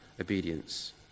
obedience